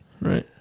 Right